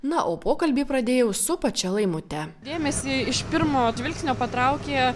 na o pokalbį pradėjau su pačia laimute dėmesį iš pirmo žvilgsnio patraukė